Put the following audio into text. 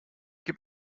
gib